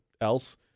else